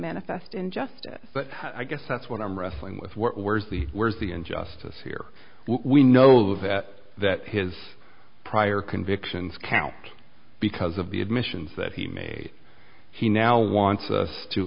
manifest injustice but i guess that's what i'm wrestling with where's the where's the injustice here we know that that his prior convictions count because of the admissions that he made he now wants us to